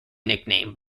nickname